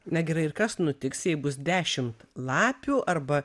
na gerai ir kas nutiks jei bus dešimt lapių arba